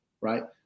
right